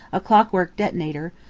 a clockwork detonator,